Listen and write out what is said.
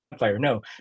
no